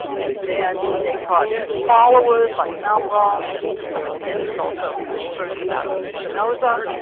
and then descartes' followers, like malebranche and to some extent he's also concerned about spinoza,